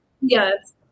Yes